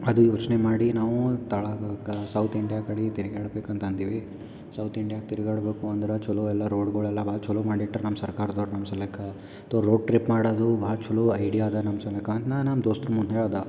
ಅದು ಯೋಚನೆ ಮಾಡಿ ನಾವು ಕೆಳಗಾಗ ಸೌತ್ ಇಂಡಿಯ ಕಡೆ ತಿರುಗಾಡ್ಬೇಕಂತ ಅಂದಿವಿ ಸೌತ್ ಇಂಡಿಯ ತಿರ್ಗಾಡ ಬೋಕು ಅಂದ್ರೆ ಚಲೋ ಎಲ್ಲ ರೋಡ್ಗಳೆಲ್ಲ ಭಾಳ್ ಚಲೋ ಮಾಡಿಟ್ರು ನಮ್ಮ ಸರ್ಕಾರದವ್ರು ನಮ್ಮ ಸಲಕ್ಕ ತೊ ರೋಡ್ ಟ್ರಿಪ್ ಮಾಡೋದು ಭಾಳ್ ಚಲೋ ಐಡಿಯಾದ ನಮ್ಮ ಸಲಕ ಅಂತ ನಾ ನಮ್ಮ ದೋಸ್ತರ ಮುಂದೆ ಹೇಳ್ದೆ